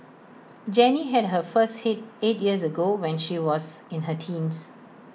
Jenny had her first hit eight years ago when she was in her teens